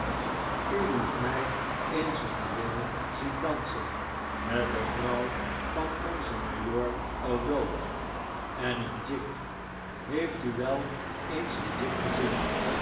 u moest mij eens een reel zien dansen met de vrouw van onzen majoor o'dowd en een jig heeft u wel eens een jig gezien